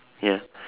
ya